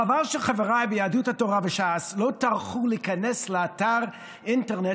חבל שחבריי ביהדות התורה וש"ס לא טרחו להיכנס לאתר האינטרנט